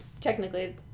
technically